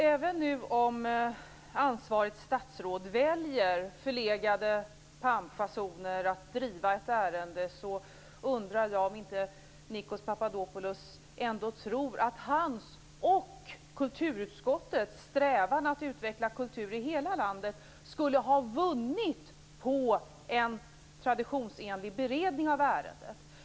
Även om ansvarigt statsråd väljer förlegade pampfasoner när hon skall driva ett ärende undrar jag om inte Nikos Papadopoulos tror att hans och kulturutskottets strävan att utveckla kultur i hela landet skulle ha vunnit på en traditionsenlig beredning av ärendet.